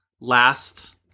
last